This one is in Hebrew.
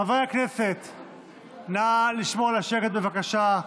חברי הכנסת, נא לשמור על השקט, בבקשה,